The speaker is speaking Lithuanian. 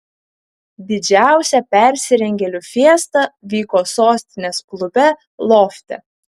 didžiausia persirengėlių fiesta vyko sostinės klube lofte